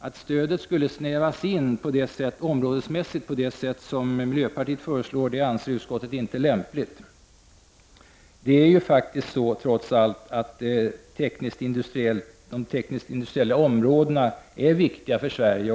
Utskottet anser det inte vara lämpligt att områdesmässigt snäva in stödet på det sätt som miljöpartiet föreslår. Trots allt är de tekniskt-industriella områdena viktiga för Sverige.